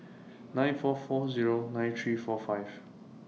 nine four four Zero nine three four five